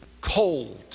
cold